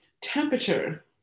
temperature